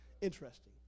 interesting